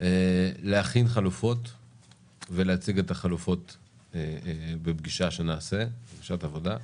ולהכין חלופות ולהציג את החלופות בפגישה העבודה שנעשה.